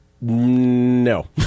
No